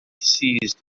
ceased